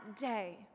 day